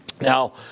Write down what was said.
Now